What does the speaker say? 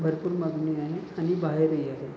भरपूर मागणी आहे आणि बाहेरही आहे